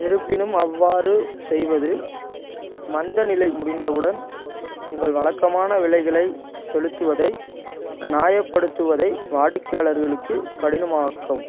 இருப்பினும் அவ்வாறு செய்வது மந்தநிலை முடிந்தவுடன் உங்கள் வழக்கமான விலைகளை செலுத்துவதை நியாயப்படுத்துவதை வாடிக்கையாளர்களுக்கு கடினமாக்கும்